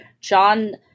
John